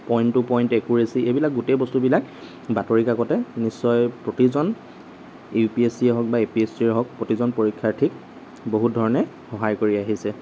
point to point একোৰেচি এইবিলাক গোটেই বস্তুবিলাক বাতৰি কাকতে নিশ্চয় প্ৰতিজন ইউপিএছচিয়ে হওক বা এপিএছচিয়ে হওক প্ৰতিজন পৰীক্ষাৰ্থীক বহুত ধৰণে সহায় কৰি আহিছে